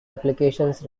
applications